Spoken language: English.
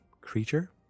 creature